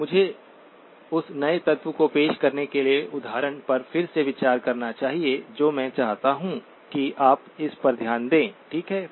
मुझे उस नए तत्व को पेश करने के लिए उदाहरण पर फिर से विचार करना चाहिए जो मैं चाहता हूं कि आप उस पर ध्यान दें ठीक है